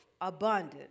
abundant